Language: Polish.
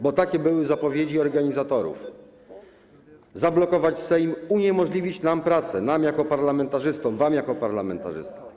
Bo takie były zapowiedzi organizatorów - zablokować Sejm, uniemożliwić nam pracę, nam jako parlamentarzystom, wam jako parlamentarzystom.